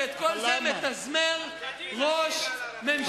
ואת כל זה מתזמר ראש ממשלה,